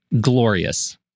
glorious